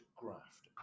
graft